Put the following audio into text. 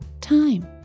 time